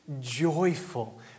joyful